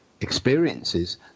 experiences